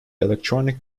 electronic